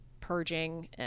purging